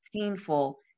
painful